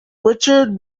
richard